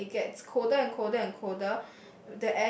and then it gets colder and colder and colder